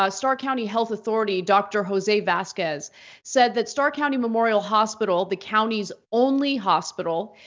ah starr county health authority, dr. jose vazquez said that starr county memorial hospital, the county's only hospital,